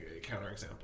counterexample